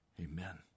Amen